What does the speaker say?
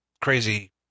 crazy